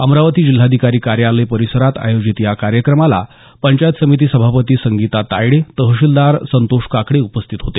अमरावती जिल्हाधिकारी कार्यालय परिसरात आयोजित या कार्यक्रमाला पंचायत समिती सभापती संगीता तायडे तहसीलदार संतोष काकडे उपस्थित होते